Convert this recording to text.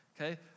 Okay